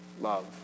love